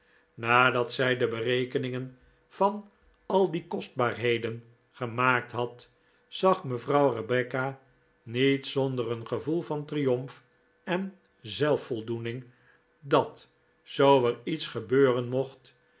nadat zij de berekeningen van al die kostbaarheden gemaakt had zag mevrouw rebecca niet zonder een gevoel van triomf en zelfvoldoening dat zoo er iets gebeuren mocht